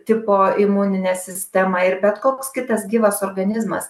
tipo imuninę sistemą ir bet koks kitas gyvas organizmas